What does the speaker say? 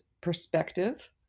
perspective